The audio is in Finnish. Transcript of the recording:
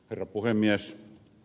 herra puhemies